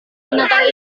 binatang